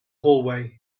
hallway